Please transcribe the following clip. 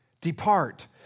Depart